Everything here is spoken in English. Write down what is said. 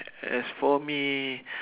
as for me